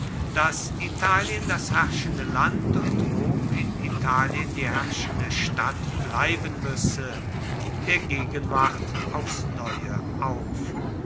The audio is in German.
daß italien das herrschende land und rom in italien die herrschende stadt bleiben müsse der gegenwart aufs neue auf